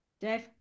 Dave